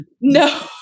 No